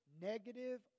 negative